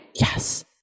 Yes